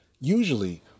Usually